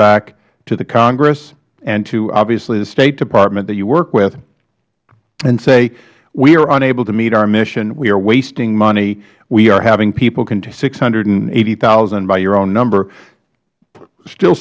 back to the congress and obviously to the state department you work with and say we are unable to meet our mission we are wasting money we are having people six hundred and eighty thousand by your own number still